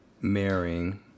marrying